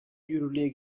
yürürlüğe